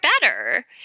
better